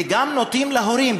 וגם נותנים להורים,